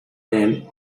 then